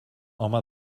home